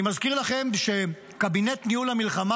אני מזכיר לכם שקבינט ניהול המלחמה,